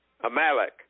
Amalek